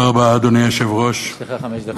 יש לך חמש דקות.